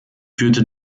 führte